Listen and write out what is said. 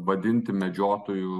vadinti medžiotojų